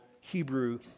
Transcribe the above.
Hebrew